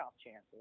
chances